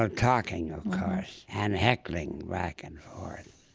ah talking, of course, and heckling back and forth.